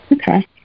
okay